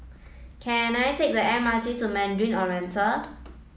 can I take the M R T to Mandarin Oriental